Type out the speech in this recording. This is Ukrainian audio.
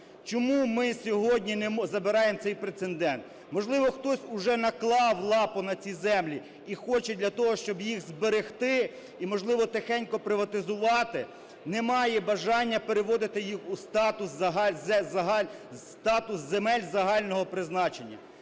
Чому ми сьогодні забираємо цей прецедент? Можливо, хтось уже наклав лапу на ці землі і хоче для того, щоб їх зберегти і, можливо, тихенько приватизувати, не має бажання переводити їх у статус земель загального призначення.